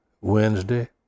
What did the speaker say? Wednesday